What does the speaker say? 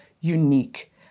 unique